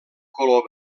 color